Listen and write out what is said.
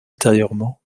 intérieurement